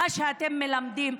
מה שאתם מלמדים,